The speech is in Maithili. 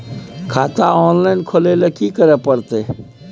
खाता ऑनलाइन खुले ल की करे परतै?